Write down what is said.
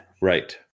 Right